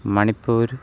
मणिपुरः